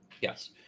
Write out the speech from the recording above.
Yes